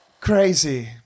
Crazy